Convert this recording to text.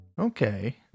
Okay